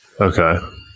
Okay